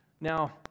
Now